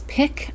pick